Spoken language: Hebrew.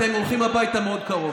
אתם הולכים הביתה מאוד בקרוב.